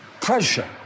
Pressure